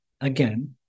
again